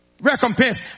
recompense